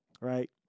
right